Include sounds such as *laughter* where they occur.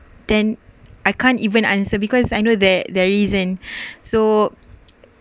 then I can't even answer because I know that there isn't *breath* so